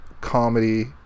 comedy